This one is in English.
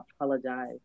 apologize